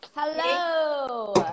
hello